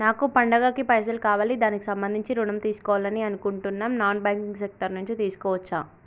నాకు పండగ కి పైసలు కావాలి దానికి సంబంధించి ఋణం తీసుకోవాలని అనుకుంటున్నం నాన్ బ్యాంకింగ్ సెక్టార్ నుంచి తీసుకోవచ్చా?